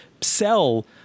sell